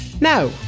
Now